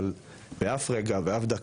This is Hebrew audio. אבל באף רגע ואף דקה,